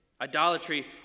Idolatry